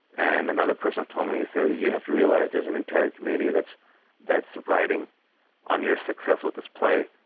and another person told me, so you have to realize there's an entire community that's that's riding on your success with this play,